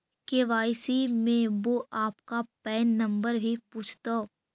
KYC में वो आपका पैन नंबर भी पूछतो